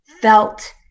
felt